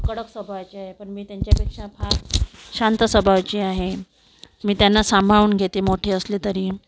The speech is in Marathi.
कडक स्वभावांचे आहे पण मी त्यांच्यापेक्षा फार शांत स्वभावाची आहे मी त्यांना सांभाळून घेते मोठे असले तरीही